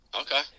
Okay